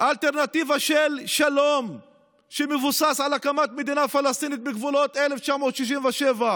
אלטרנטיבה של שלום שמבוסס על הקמת מדינה פלסטינית בגבולות 1967,